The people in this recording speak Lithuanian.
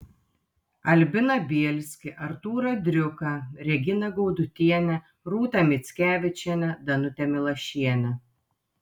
albiną bielskį artūrą driuką reginą gaudutienę rūtą mickevičienę danutę milašienę